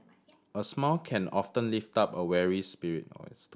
a smile can often lift up a weary spirit